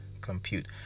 compute